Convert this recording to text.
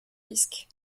disques